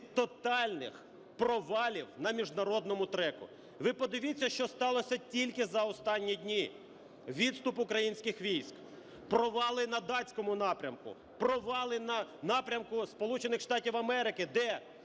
тотальних провалів на міжнародному треку. Ви подивіться, що сталося тільки за останні дні: відступ українських військ, провали на датському напрямку, провали на напрямку